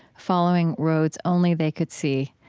following roads only they could see,